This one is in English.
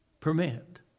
Permit